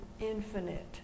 infinite